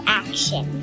action